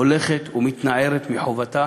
הולכת ומתנערת מחובתה